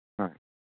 ꯍꯣꯏ